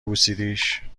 بوسیدیش